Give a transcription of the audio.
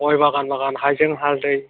गय बागान बागान हाइजें हालदै